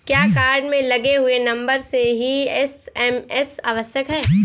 क्या कार्ड में लगे हुए नंबर से ही एस.एम.एस आवश्यक है?